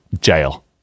jail